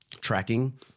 tracking